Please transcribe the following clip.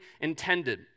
intended